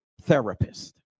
therapist